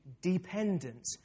dependent